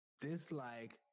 dislike